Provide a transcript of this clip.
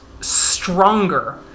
stronger